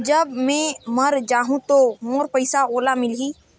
जब मै मर जाहूं तो मोर पइसा ओला मिली?